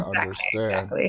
understand